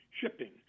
shipping